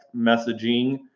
messaging